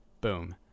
boom